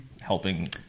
helping